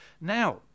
Now